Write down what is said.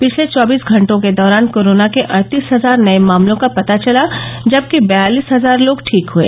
पिछले चौबीस घंटों के दौरान कोरोना के अड़तीस हजार नए मामलों का पता चला जबकि बयालिस हजार लोग ठीक हुए